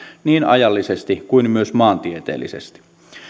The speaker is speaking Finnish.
niin ajallisesti kuin myös maantieteellisesti